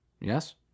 Yes